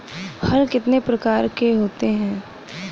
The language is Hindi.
हल कितने प्रकार के होते हैं?